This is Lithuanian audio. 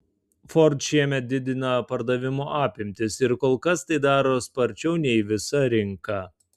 ford šiemet didina pardavimo apimtis ir kol kas tai daro sparčiau nei visa rinka